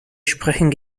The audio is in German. sprechen